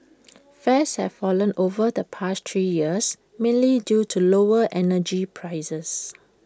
fares have fallen over the past three years mainly due to lower energy prices